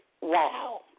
Wow